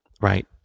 Right